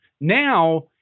Now